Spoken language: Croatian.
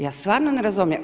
Ja stvarno ne razumijem.